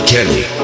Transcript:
Kelly